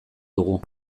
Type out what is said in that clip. dugu